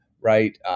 right